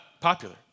popular